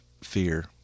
fear